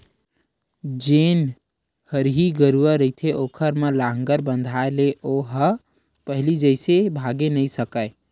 जेन हरही गरूवा रहिथे ओखर म लांहगर बंधाय ले ओ पहिली जइसे भागे नइ सकय